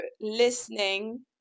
listening